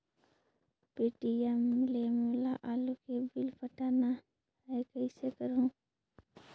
Paytm ले मोला आलू के बिल पटाना हे, कइसे करहुँ?